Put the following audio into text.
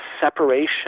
separation